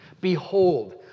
Behold